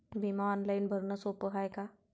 बिमा ऑनलाईन भरनं सोप हाय का?